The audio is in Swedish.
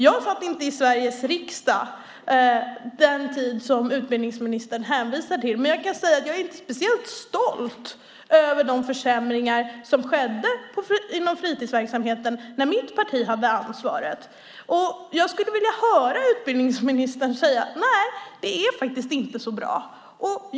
Jag satt inte i Sveriges riksdag under den tid som utbildningsministern hänvisar till, men jag kan säga att jag inte är speciellt stolt över de försämringar som skedde inom fritisverksamheten när mitt parti hade ansvaret. Jag skulle vilja höra utbildningsministern säga så här: Nej, det är inte så bra.